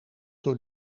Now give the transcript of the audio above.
door